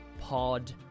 pod